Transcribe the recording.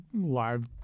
live